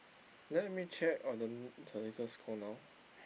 let me check on the n~ the latest score now